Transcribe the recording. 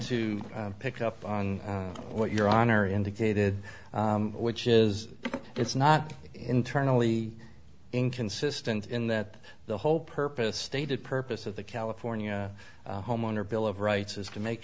to pick up on what your honor indicated which is it's not internally inconsistent in that the whole purpose stated purpose of the california homeowner bill of rights is to make